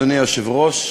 אדוני היושב-ראש,